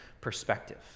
perspective